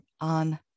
on